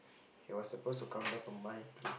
she was supposed to come down to my place